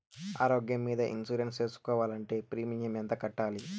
ఆరోగ్యం మీద ఇన్సూరెన్సు సేసుకోవాలంటే ప్రీమియం ఎంత కట్టాలి?